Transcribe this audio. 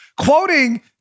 quoting